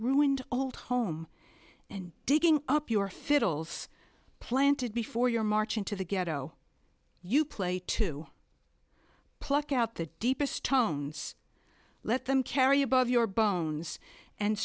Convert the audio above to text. ruined old home and digging up your fiddles planted before your march into the ghetto you play to pluck out the deepest tones let them carry above your bones and